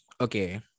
okay